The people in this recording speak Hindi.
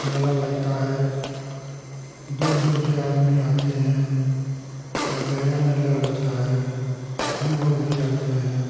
मेला लगता है दूर दूर से आदमी आते हैं बड़ा गहरा मेला लगता है हम लोग भी जाते हैं